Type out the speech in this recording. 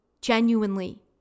genuinely